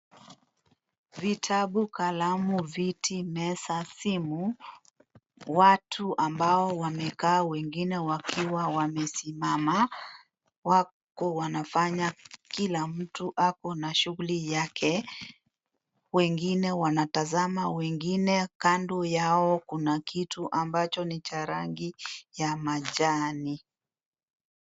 Vitabu, kalamu, vit, meza, simu, watu ambao wamekaa wengine wakiwa wammesimama wako wanafanya kila mtu ako na shughuli yake, wengine wanatazama wengine. kando Yao kuna kitu ambacho ni cha rangi ya majani.